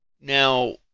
now